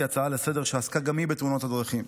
הצעה לסדר-יום שעסקה גם היא בתאונות הדרכים.